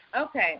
Okay